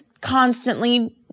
constantly